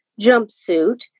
jumpsuit